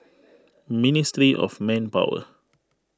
Ministry of Manpower